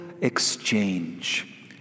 exchange